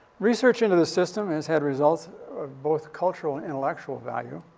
research into the system has had results of both cultural and intellectual value.